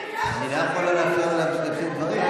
אני לא יכול שלא לאפשר לו להשלים דברים.